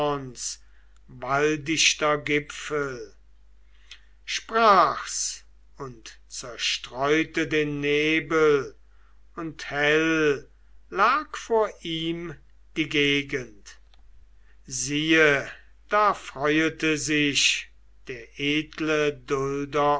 waldichter gipfel sprach's und zerstreute den nebel und hell lag vor ihm die gegend siehe da freuete sich der edle